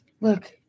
Look